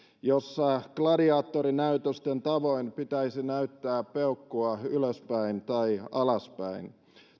jossa gladiaattorinäytösten tavoin pitäisi näyttää peukkua ylöspäin tai alaspäin